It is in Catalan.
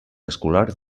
escolar